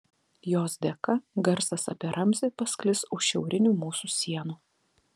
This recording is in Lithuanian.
jos dėka garsas apie ramzį pasklis už šiaurinių mūsų sienų